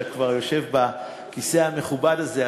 שאתה כבר יושב בכיסא המכובד הזה,